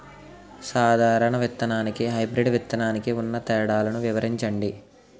సాధారణ విత్తననికి, హైబ్రిడ్ విత్తనానికి ఉన్న తేడాలను వివరించండి?